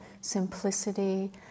simplicity